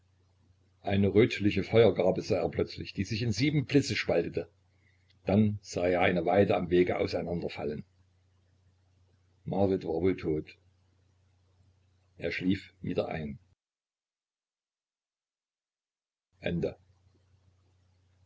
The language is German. eine rötliche feuergarbe sah er plötzlich die sich in sieben blitze spaltete dann sah er eine weide am wege auseinanderfallen marit war wohl tot er schlief wieder ein